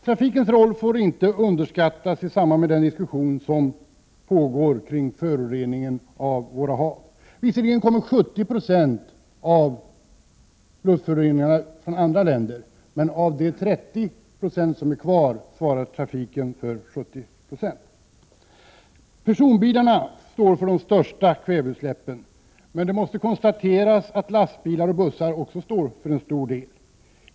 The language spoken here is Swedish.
Trafikens roll får inte underskattas i samband med den diskussion som pågår kring föroreningen av våra hav. Visserligen kommer 70 96 av luftföroreningarna från andra länder, men av de 30 procentenheter som blir kvar svarar trafiken för 70 96. Personbilarna står för de största kväveutsläppen, men det måste konstateras att lastbilar och bussar också står för en betydande del.